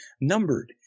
numbered